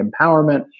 empowerment